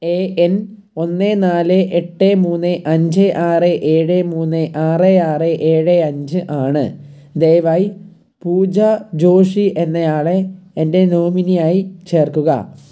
A N ഒന്ന് നാല് എട്ട് മൂന്ന് അഞ്ച് ആറ് ഏഴ് മൂന്ന് ആറ് ആറ് ഏഴ് അഞ്ച് ആണ് ദയവായി പൂജ ജോഷി എന്നയാളെ എൻ്റെ നോമിനിയായി ചേർക്കുക